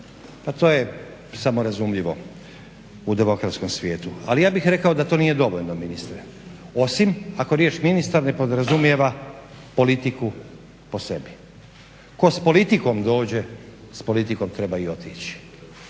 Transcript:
Pa to je samo razumljivo u demokratskom svijetu, ali ja bih rekao da to nije dovoljno ministre osim ako riječ ministar ne podrazumijeva politiku po sebi. Tko s politikom dođe s politikom treba i otići.